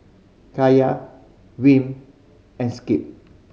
Kaiya Wm and Skip